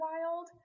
wild